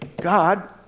God